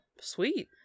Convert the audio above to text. Sweet